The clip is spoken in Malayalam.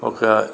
ഒക്കെ